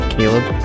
Caleb